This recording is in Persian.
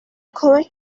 کمک